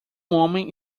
homem